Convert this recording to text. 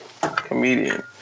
comedian